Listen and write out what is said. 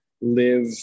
live